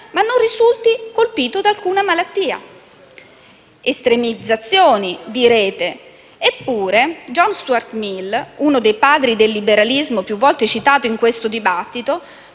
ma non risulti colpito da alcuna malattia. Estremizzazioni, direte, eppure John Stuart Mill, uno dei padri del liberalismo, più volte citato in questo dibattito,